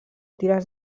tires